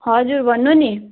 हजुर भन्नु नि